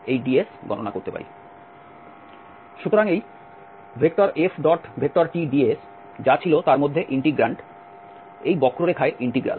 সুতরাং এই FTds যা ছিল তার মধ্যে ইন্টিগ্র্যান্ট এই বক্ররেখায় ইন্টিগ্রাল